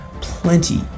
plenty